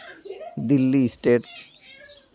Delhi state